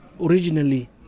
originally